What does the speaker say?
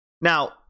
Now